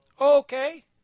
okay